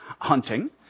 hunting